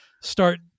start